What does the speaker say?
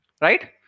right